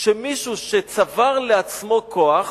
של מישהו שצבר לעצמו כוח